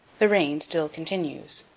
the rain still continues.